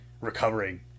recovering